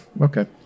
Okay